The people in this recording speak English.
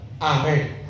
Amen